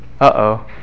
Uh-oh